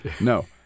No